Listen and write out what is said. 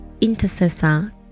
intercessor